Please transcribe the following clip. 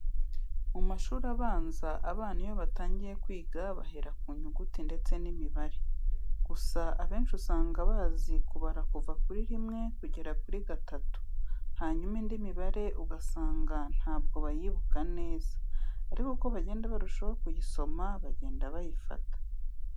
Mu mashuri abanza abana iyo batangiye kwiga bahera ku nyuguti ndetse n'imibare, gusa abenshi usanga bazi kubara kuva kuri rimwe kugera kuri gatatu, hanyuma indi mibare ugasanga ntabwo bayibuka neza, ariko uko bagenda barushaho kuyisoma bagenda bayifata.